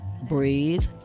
breathe